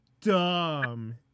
dumb